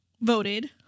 voted